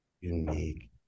Unique